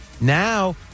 Now